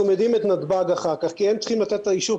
מיידעים את נתב"ג אחר כך כי הם צריכים לתת את האישור,